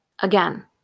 Again